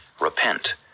Repent